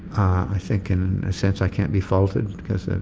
i think in a sense i can't be faulted because the